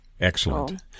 Excellent